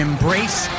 Embrace